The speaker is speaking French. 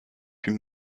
puis